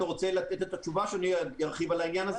אתה רוצה לתת את התשובה או אני ארחיב על העניין הזה?